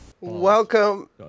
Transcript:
Welcome